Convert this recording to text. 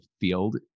field